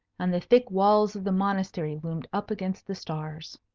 and the thick walls of the monastery loomed up against the stars.